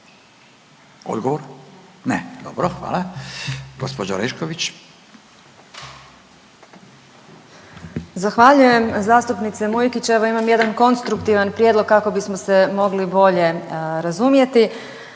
**Orešković, Dalija (DOSIP)** Zahvaljujem. Zastupnice Mujkić evo imam jedan konstruktivan prijedlog kako bismo se mogli bolje razumjeti.